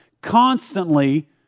constantly